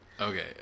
Okay